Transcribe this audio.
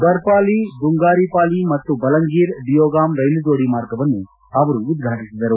ಬರ್ಪಾಲಿ ದುಂಗಾರಿಪಾಲಿ ಮತ್ತು ಬಲಂಗಿರ್ ಡಿಯೋಗಾಂ ರೈಲು ಜೋಡಿ ಮಾರ್ಗವನ್ನು ಅವರು ಉದ್ಘಾಟಿಸಿದರು